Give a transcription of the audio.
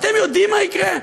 אתם יודעים מה יקרה?